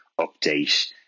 update